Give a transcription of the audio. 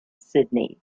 sydney